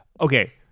Okay